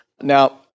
Now